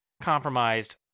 compromised